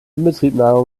inbetriebnahme